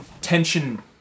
tension